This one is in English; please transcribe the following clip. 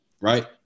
Right